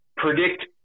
predict